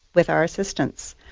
with our assistance.